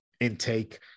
intake